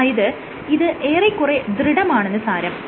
അതായത് ഇത് ഏറെക്കുറെ ദൃഢമാണെന്ന് സാരം